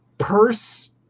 Purse